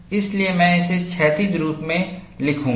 इसलिए मैं इसे क्षैतिज रूप में लिखूंगा